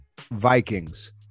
Vikings